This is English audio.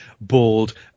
bald